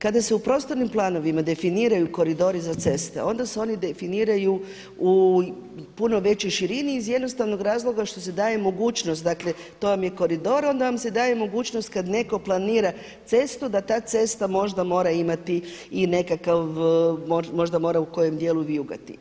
Kada se u prostornim planovima definiraju koridori za ceste, onda se oni definiraju u puno većoj širini iz jednostavnog razloga što se daje mogućnost, dakle to vam je koridor, onda vam se daje mogućnost da kad netko planira cestu, da ta cesta možda mora imati i nekakav, možda mora u kojem dijelu vijugati.